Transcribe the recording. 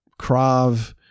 Krav